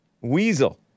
Weasel